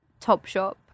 Topshop